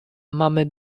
mamy